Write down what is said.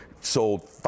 sold